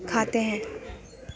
کھاتے ہیں